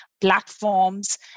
platforms